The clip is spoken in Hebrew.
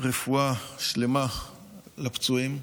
רפואה שלמה לפצועים,